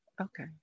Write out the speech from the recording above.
okay